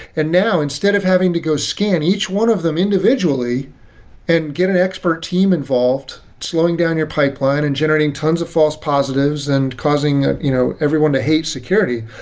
and now instead of having to go scan each one of them individually and get an expert team involved slowing down your pipeline and generating tons of false positives and causing ah you know everyone to hate security,